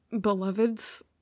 beloveds